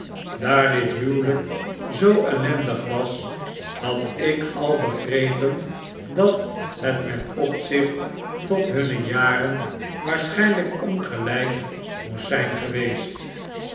daar dit huwelijk zoo ellendig was had ik al begrepen dat het met opzicht tot hunne jaren waarschijnlijk ongelijk moest zijn geweest